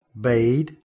bade